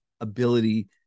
ability